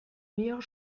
meilleure